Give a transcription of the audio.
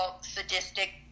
sadistic